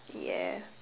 ya